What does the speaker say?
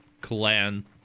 clan